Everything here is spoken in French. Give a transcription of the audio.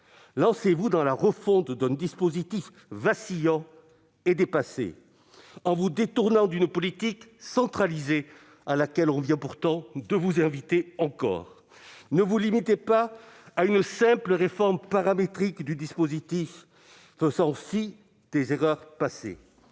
lancez-vous dans la refonte d'un dispositif vacillant et dépassé, en vous détournant d'une politique centralisée à laquelle on vient, pourtant, de vous inviter encore. Ne vous limitez pas à une simple réforme paramétrique du dispositif, faisant fi des erreurs passées.